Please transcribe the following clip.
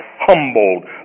humbled